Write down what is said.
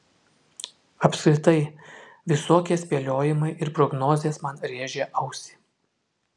apskritai visokie spėliojimai ir prognozės man rėžia ausį